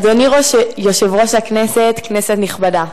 אדוני יושב-ראש הכנסת, כנסת נכבדה,